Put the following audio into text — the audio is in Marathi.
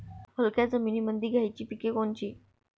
हलक्या जमीनीमंदी घ्यायची पिके कोनची?